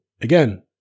again